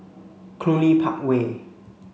Cluny Park Way